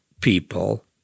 people